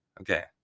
Okay